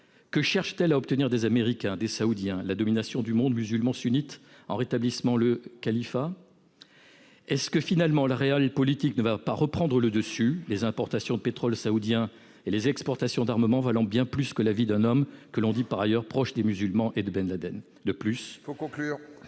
Que cherche-t-elle à obtenir des Américains, des Saoudiens ? La domination du monde musulman sunnite, par le rétablissement du califat ? La ne va-t-elle pas finalement reprendre le dessus, les importations de pétrole saoudien et les exportations d'armement valant bien plus que la vie d'un homme que l'on dit par ailleurs proche des Frères musulmans et de Ben Laden ?